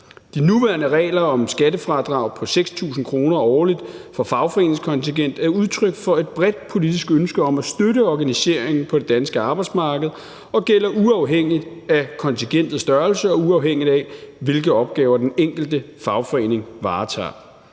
De nuværende regler om et skattefradrag på 6.000 kr. årligt for fagforeningskontingent er udtryk for et bredt politisk ønske om at støtte organiseringen på det danske arbejdsmarked og gælder uafhængigt af kontingentets størrelse og uafhængigt af, hvilke opgaver den enkelte fagforening varetager.